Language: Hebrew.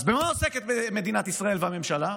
אז במה עוסקת מדינת ישראל, הממשלה?